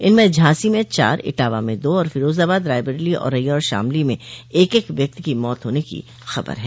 इनमें झांसी में चार इटावा में दो तथा फिरोजाबाद रायबरेली औरैया और शामली में एक एक व्यक्ति की मौत होने की खबर है